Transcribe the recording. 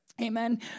Amen